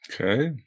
Okay